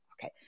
okay